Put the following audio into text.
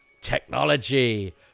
Technology